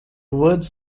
words